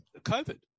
COVID